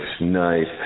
nice